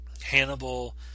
Hannibal